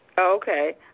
Okay